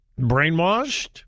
brainwashed